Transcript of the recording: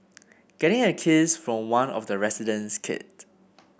getting a kiss from one of the resident's kid